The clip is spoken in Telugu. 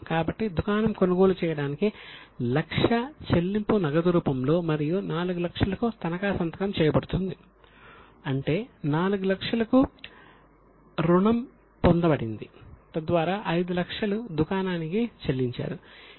కాబట్టి దుకాణం కొనుగోలు చేయడానికి 100000 చెల్లింపు నగదు రూపంలో మరియు 400000 కు తనఖా సంతకం చేయబడుతుంది అంటే 400000 కు రుణం పొందబడింది తద్వారా 500000 దుకాణానికి చెల్లించారు